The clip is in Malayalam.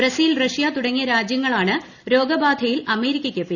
ബ്രസീൽ റഷ്യ തുടങ്ങിയ രാജ്യങ്ങളാണ് രോഗബാധയിൽ അമേരിക്കയ്ക്ക് പിന്നിൽ